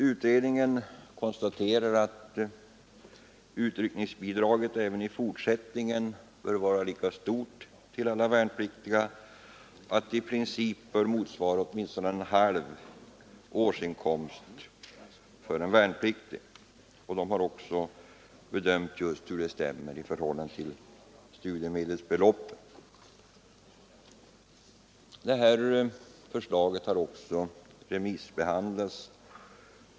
Utredningsmannen konstaterar att utryckningsbidraget även i fortsättningen bör vara lika stort för alla värnpliktiga och att det i princip bör motsvara åtminstone en halv månadsinkomst för en värnpliktig. Utredningsmannen har också satt storleken på utryckningsbidraget i relation till studiemedelsbeloppen. Utredningsförslaget har remissbehandlats.